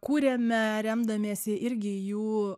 kuriame remdamiesi irgi jų